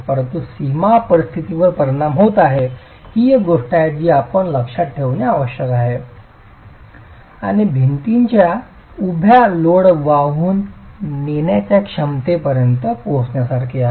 परंतु सीमा परिस्थितीवर परिणाम होत आहे ही एक गोष्ट आहे जी आपण लक्षात ठेवणे आवश्यक आहे आणि भिंतींच्या उभ्या लोड वाहून नेण्याच्या क्षमतेपर्यंत पोचण्यासारखे आहे